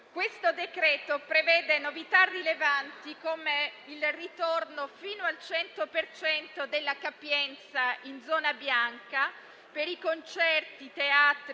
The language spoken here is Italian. Questo decreto prevede novità rilevanti, come il ritorno fino al 100 per cento della capienza in zona bianca per i concerti, i teatri